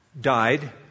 died